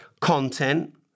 content